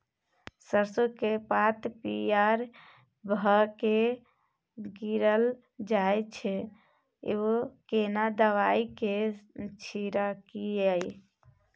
सरसो के पात पीयर भ के गीरल जाय छै यो केना दवाई के छिड़कीयई?